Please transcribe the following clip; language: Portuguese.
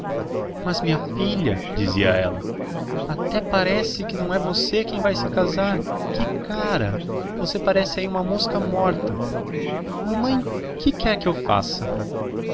mas minha filha dizia ela até parece que não é você quem se vai casar que cara você parece aí uma mosca morta mamãe que quer que eu faça